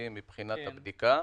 מבחינת הבדיקה.